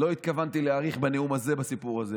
התכוונתי להאריך בנאום הזה בסיפור הזה.